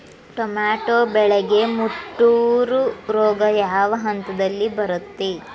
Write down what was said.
Tomato ಬೆಳೆಗೆ ಮುಟೂರು ರೋಗ ಯಾವ ಹಂತದಲ್ಲಿ ಬರುತ್ತೆ?